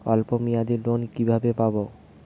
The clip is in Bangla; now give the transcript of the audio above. অল্প মেয়াদি লোন কিভাবে পাব?